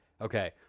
Okay